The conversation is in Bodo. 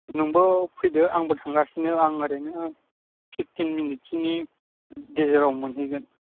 नोंबो फैदो आंबो थांगासिनो आं ओरैनो फिभटिन मिनिटसोनि गेजेराव मोनहैगोन